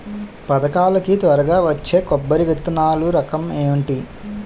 పథకాల కి త్వరగా వచ్చే కొబ్బరి విత్తనాలు రకం ఏంటి?